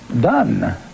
done